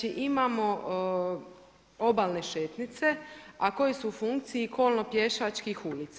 Imamo obalne šetnjice, a koje su u funkciji kolno pješačkih ulica.